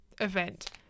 event